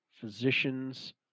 physicians